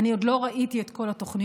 אני עוד לא ראיתי את כל התוכניות,